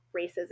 racism